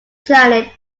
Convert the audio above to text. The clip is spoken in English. planet